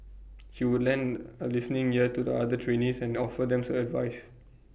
he would lend A listening ear to the other trainees and offer them advice